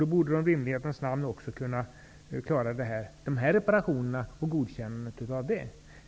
Då borde de i rimlighetens namn också kunna klara dessa reparationer och godkännandet av dem.